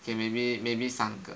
okay maybe maybe 三个